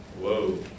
Whoa